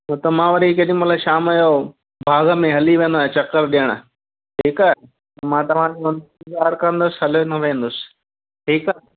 छो त मां वरी केॾीमहिल शाम जो बाग में हली वेंदो आहियां चकर ॾियणु ठीकु आहे मां तव्हां जो इंतिज़ारु कंदुसि हलियो न वेंदुसि ठीकु आहे